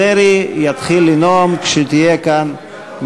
אם בתוך דקה לא יהיה כאן שר